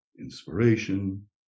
inspiration